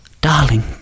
Darling